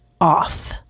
off